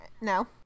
no